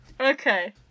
Okay